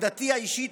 עמדתי האישית,